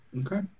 Okay